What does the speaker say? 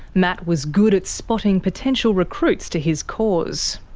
matt was good at spotting potential recruits to his cause.